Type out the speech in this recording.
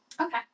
okay